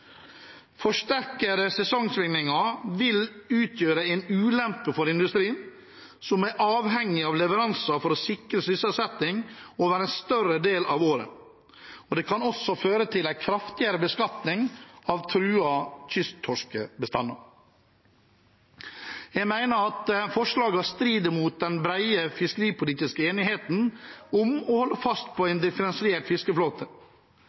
sesongsvingninger vil utgjøre en ulempe for industrien, som er avhengig av leveranser for å sikre sysselsetting over en større del av året. Det kan også føre til en kraftigere beskatning av truede kysttorskebestander. Jeg mener at forslagene strider mot den brede fiskeripolitiske enigheten om å holde fast på en differensiert fiskeflåte.